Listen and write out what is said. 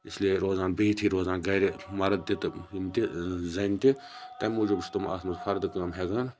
اِسلیے روزان بِہتھٕے روزان گَرِ مَرد تِتہٕ یِم تہِ زَنہٕ تہِ تمہِ موٗجوب چھِ تِم اتھ مَنٛز فَردٕ کٲم ہیٚکان